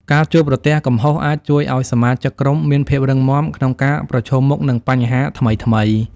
ការជួបប្រទះកំហុសអាចជួយឲ្យសមាជិកក្រុមមាន ភាពរឹងមាំ ក្នុងការប្រឈមមុខនឹងបញ្ហាថ្មីៗ។